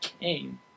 came